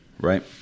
right